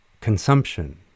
consumption